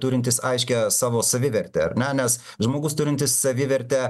turintys aiškią savo savivertę ar ne nes žmogus turintis savivertę